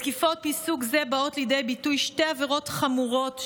בתקיפות מסוג זה באות לידי ביטוי שתי עבירות חמורות,